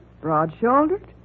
broad-shouldered